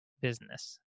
business